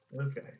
Okay